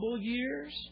years